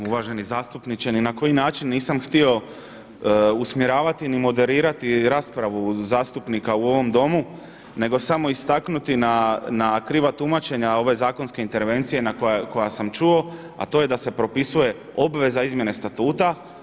Uvaženi zastupniče, ni na koji način nisam htio usmjeravati ni moderirati raspravu zastupnika u ovom Domu nego samo istaknuti na kriva tumačenja ove zakonske intervencije koja sam čuo, a to je da se propisuje obveza izmjene statuta.